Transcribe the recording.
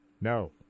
No